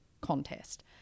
contest